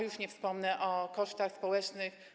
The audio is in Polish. Już nie wspomnę o kosztach społecznych.